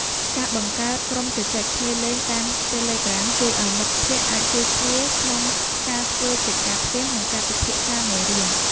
ការបង្កើតក្រុមជជែកគ្នាលេងតាមតេឡេក្រាមជួយឱ្យមិត្តភក្តិអាចជួយគ្នាក្នុងការធ្វើកិច្ចការផ្ទះនិងការពិភាក្សាមេរៀន។